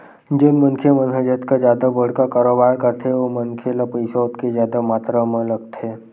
जउन मनखे मन ह जतका जादा बड़का कारोबार करथे ओ मनखे ल पइसा ओतके जादा मातरा म लगथे